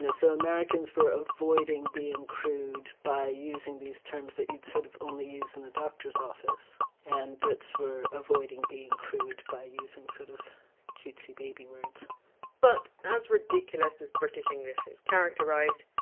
so americans were avoiding being crude by using these terms that you'd sort of only use in the doctor's office and brits were avoiding being crude by using sort of cutesy baby words but as ridiculous as british english is characterised,